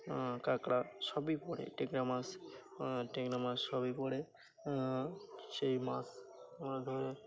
কাঁকড়া সবই পরে টেকনা মাছ টেকনা মছ সবই পরে সেই মাছ ধরে